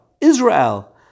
Israel